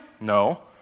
no